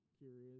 curious